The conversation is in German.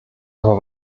aber